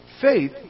faith